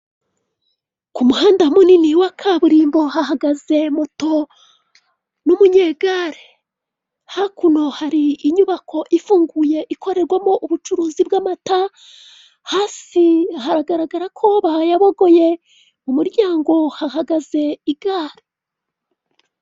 Ku muhanda munini wa kaburimbo hahagaze mo muto n'umunyegare. Hakuno hari inyubako ifunguye ikorerwamo ubucuruzi bw'amata, hasi hagaragara ko bayahabogoye, mu muryango hahagaze igare.